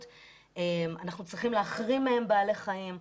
אנחנו צריכים להחרים מהם בעלי חיים.